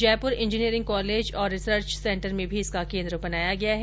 Jaipur engineering college और research centre में भी इसका केन्द्र बनाया गया है